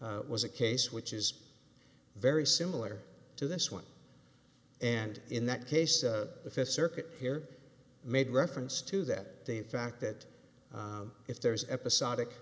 was a case which is very similar to this one and in that case the fifth circuit here made reference to that the fact that if there is episodic